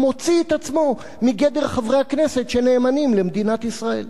מוציא את עצמו מגדר חברי הכנסת שנאמנים למדינת ישראל.